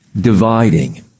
dividing